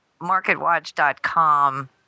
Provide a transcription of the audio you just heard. marketwatch.com